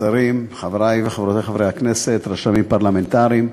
שרים, חברי וחברותי חברי הכנסת, רשמים פרלמנטריים,